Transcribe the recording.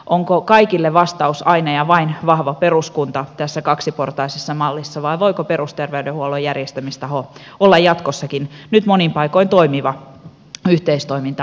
onko kaikille vastaus aina ja vain vahva peruskunta tässä kaksiportaisessa mallissa vai voiko perusterveydenhuollon järjestämistaho olla jatkossakin nyt monin paikoin toimiva yhteistoiminta aluemalli